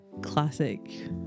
classic